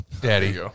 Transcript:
Daddy